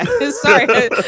Sorry